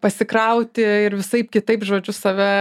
pasikrauti ir visaip kitaip žodžiu save